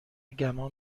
گمان